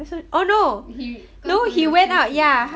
oh no he 跟朋友出去